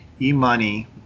e-money